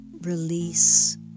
release